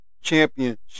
championship